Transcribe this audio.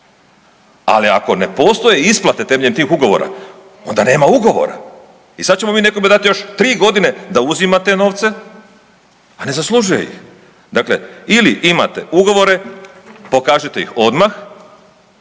ali ako ne postoje isplate temeljem tih ugovora onda nema ugovora i sad ćemo mi nekome dati još 3.g. da uzima te novce, a ne zaslužuje ih. Dakle, ili imate ugovore, pokažite ih odmah